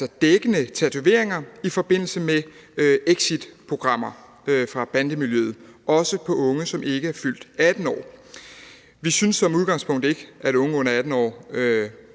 dækkende tatoveringer, i forbindelse med exitprogrammer fra bandemiljøet, også på unge, som ikke er fyldt 18 år. Vi synes som udgangspunkt ikke, at unge under 18